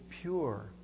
pure